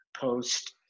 post